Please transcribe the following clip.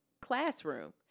classroom